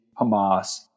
Hamas